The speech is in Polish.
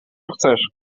chcesz